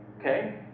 Okay